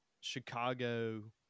chicago